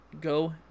go